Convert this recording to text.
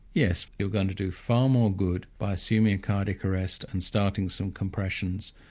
yes, you're going to do far more good by assuming a cardiac arrest and starting some compressions.